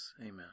Amen